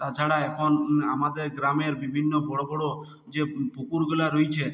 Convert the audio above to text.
তাছাড়া এখন আমাদের গ্রামের বিভিন্ন বড়ো বড়ো যে পুকুরগুলা রইছে